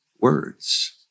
words